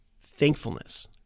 thankfulness